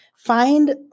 Find